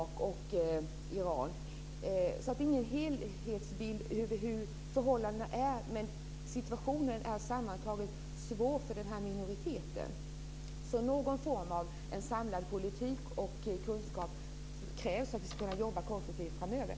Det finns alltså ingen helhetsbild över hur förhållandena är. Men situationen är sammantaget svår för den här minoriteten. Någon form av samlad politik och kunskap krävs för att vi ska kunna jobba konstruktivt framöver.